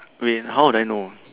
rain how would I know